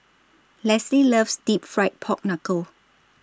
Lesly loves Deep Fried Pork Knuckle